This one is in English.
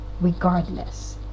regardless